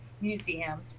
museum